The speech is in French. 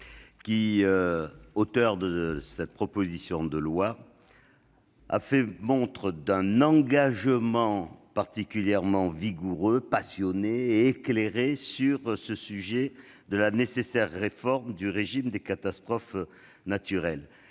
auteure de cette proposition de loi, qui a fait preuve d'un engagement particulièrement vigoureux, passionné et éclairé sur le sujet de la nécessaire réforme du régime des catastrophes naturelles.